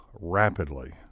rapidly